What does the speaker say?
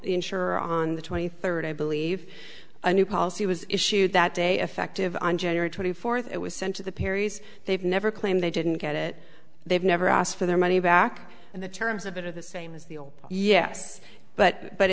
insurer on the twenty third i believe a new policy was issued that day effective on january twenty fourth it was sent to the perrys they've never claimed they didn't get it they've never asked for their money back and the terms of it are the same as the old yes but but